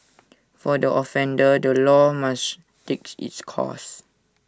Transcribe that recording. for the offender the law must take its course